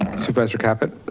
supervisor caput?